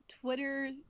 twitter